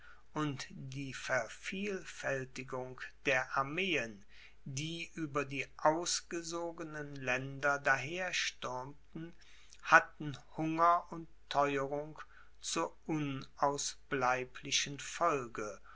und die vervielfältigung der armeen die über die ausgesogenen länder daherstürmten hatten hunger und theurung zur unausbleiblichen folge